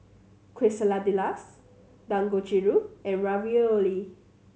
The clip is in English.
Quesadillas Dangojiru and Ravioli